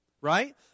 right